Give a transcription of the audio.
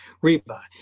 Reba